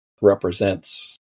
represents